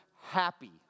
happy